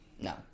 No